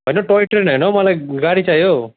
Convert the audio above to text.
होइन toy train होइन मलाई गाडी चाहियो हौ